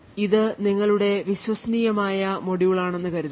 ഇത് നിങ്ങളുടെ വിശ്വസനീയമായ മൊഡ്യൂളാണെന്ന് കരുതുക